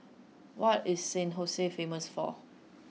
what is San famous for